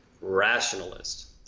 rationalist